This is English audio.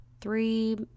three